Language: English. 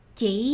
Chỉ